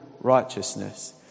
righteousness